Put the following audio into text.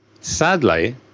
sadly